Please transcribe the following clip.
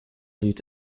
lead